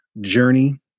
journey